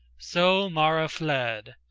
so mara fled,